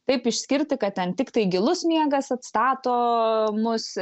taip išskirti kad ten tiktai gilus miegas atstato mus